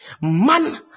man